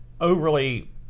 overly